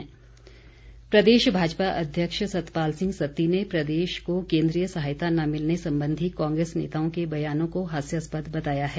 सत्ती प्रदेश भाजपा अध्यक्ष सतपाल सिंह सत्ती ने प्रदेश को केन्द्रीय सहायता न मिलने संबंधी कांग्रेस नेताओं के बयानों को हास्यास्पद बताया है